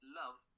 love